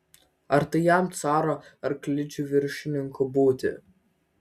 ar tai jam caro arklidžių viršininku būti